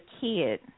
kid